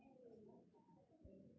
पानी मे मछली सिनी छोटका कीड़ा खाय जाय छै